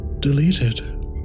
deleted